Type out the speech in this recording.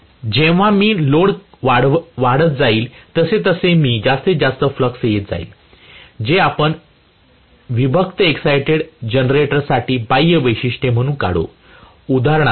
तर जेव्हा मी लोड वाढत जाईल तसतसे मी जास्तीत जास्त फ्लक्स येत जाईलजे आपण विभक्त एक्साईटेड जनरेटरसाठी बाह्य वैशिष्ट्ये म्हणून काढू